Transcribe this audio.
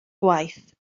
gwaith